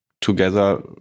together